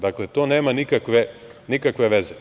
Dakle, to nema nikakve veze.